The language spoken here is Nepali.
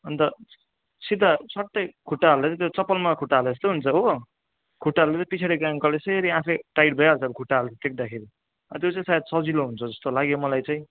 अन्त सिधा सट्टै खुट्टा हालेर त्यो चप्पलमा खुट्टा हाले जस्तो हुन्छ हो खुट्टा हालेर पिछाडिको एङ्कल यसरी आफै टाइट भइहाल्छ खुट्टा टेक्दाखेरि अझै त्यो चाहिँ सायद सजिलो हुन्छ जस्तो लाग्यो मलाई चाहिँ